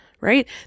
Right